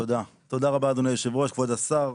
תודה רבה אדוני היושב-ראש, כבוד השר.